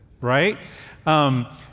right